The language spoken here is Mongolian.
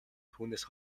түүнээс